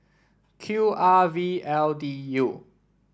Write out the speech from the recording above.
Q R V L D U